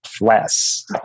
less